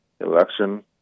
election